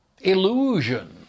illusion